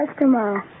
tomorrow